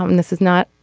um this is not